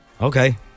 okay